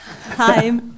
hi